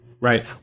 Right